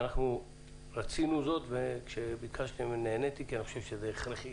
אנחנו רצינו זאת וכשביקשתם נעניתי כי אני חושב שזה הכרחי